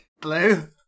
Blue